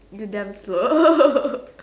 you damn slow